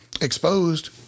exposed